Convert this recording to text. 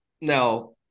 Now